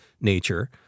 nature